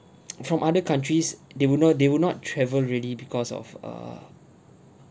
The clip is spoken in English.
from other countries they will know they will not travel really because of err